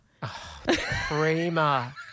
Prima